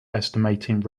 estimating